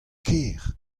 ker